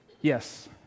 Yes